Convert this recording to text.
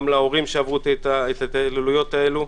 גם על ההורים שעברו את ההתעללויות האלו,